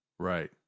Right